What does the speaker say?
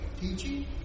teaching